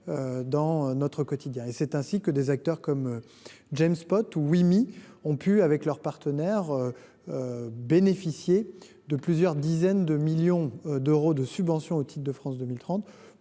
dans notre quotidien. C’est ainsi que des acteurs comme Jamespot ou Wimi, et leurs partenaires, ont pu bénéficier de plusieurs dizaines de millions d’euros de subventions au titre du plan France 2030